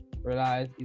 realize